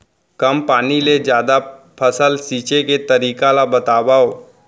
कम पानी ले जादा फसल सींचे के तरीका ला बतावव?